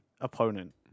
opponent